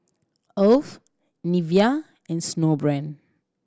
Alf Nivea and Snowbrand